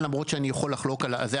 למרות שאני יכול לחלוק על זה,